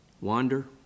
wander